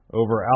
over